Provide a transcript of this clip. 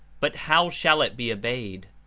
but how shall it be obeyed?